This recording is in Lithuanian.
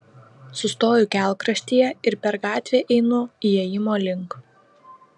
sustoju kelkraštyje ir per gatvę einu įėjimo link